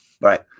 Right